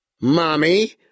mommy